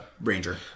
ranger